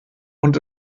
und